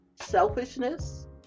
selfishness